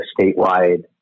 statewide